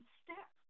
step